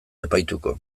epaituko